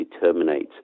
terminate